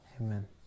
Amen